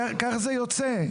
כך זה יוצא.